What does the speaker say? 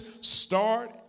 start